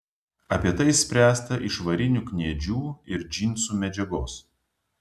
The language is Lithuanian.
apie tai spręsta iš varinių kniedžių ir džinsų medžiagos